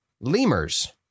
lemurs